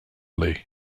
leigh